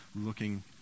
looking